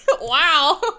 Wow